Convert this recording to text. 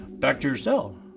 back to your cell.